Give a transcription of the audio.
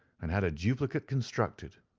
and had a duplicate constructed.